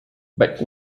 but